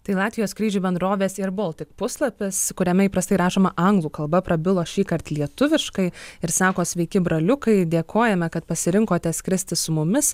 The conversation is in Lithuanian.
tai latvijos skrydžių bendrovės air baltic puslapis kuriame įprastai rašoma anglų kalba prabilo šįkart lietuviškai ir sako sveiki braliukai dėkojame kad pasirinkote skristi su mumis